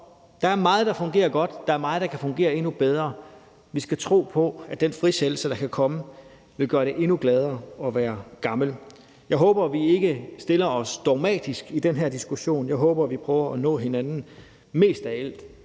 der er meget, der fungerer godt; der er meget, der kan fungere endnu bedre. Vi skal tro på, at den frisættelse, der kan komme, vil gøre, at man som gammel bliver endnu gladere. Jeg håber, at vi ikke stiller os dogmatisk an i den her diskussion; jeg håber, at vi prøver at nå hinanden, mest af alt